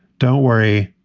don't worry,